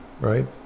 right